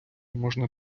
можна